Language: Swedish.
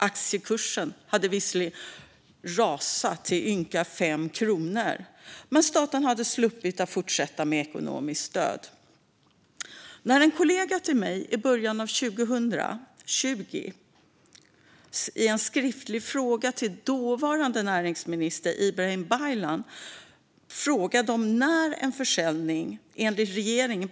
Aktiekursen hade visserligen rasat och låg på ynka 5 kronor, men staten hade sluppit att fortsätta ge ekonomiskt stöd. En kollega till mig ställde i början av 2020 en skriftlig fråga till dåvarande näringsminister Ibrahim Baylan om när en försäljning passar enligt regeringen.